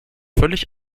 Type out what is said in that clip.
völlig